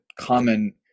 common